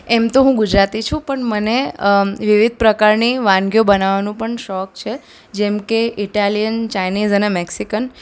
એમ તો હું ગુજરાતી છું પણ મને વિવિધ પ્રકારની વાનગીઓ બનાવવાનો પણ શોખ છે જેમકે ઇટાલિયન ચાઇનીઝ અને મેક્સિકન